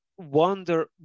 wonder